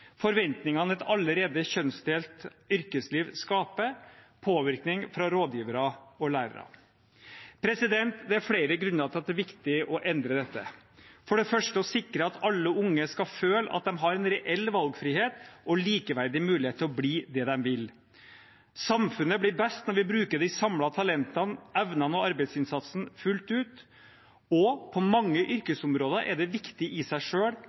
forventningene et allerede kjønnsdelt yrkesliv skaper, og påvirkning fra rådgivere og lærere. Det er flere grunner til at det er viktig å endre dette, for det første å sikre at alle unge skal føle at de har en reell valgfrihet og likeverdig mulighet til å bli det de vil. Og videre: Samfunnet blir best når vi bruker de samlede talentene, evnene og arbeidsinnsatsen fullt ut. På mange yrkesområder er det viktig i seg